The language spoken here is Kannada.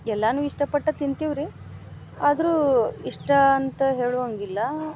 ಎಲ್ಲಾನು ಇಷ್ಟಪಟ್ಟ ತಿಂತಿವ್ರೀ ಆದರೂ ಇಷ್ಟ ಅಂತ ಹೇಳುವಂಗಿಲ್ಲ